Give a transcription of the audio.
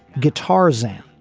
guitar zann,